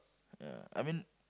ya I mean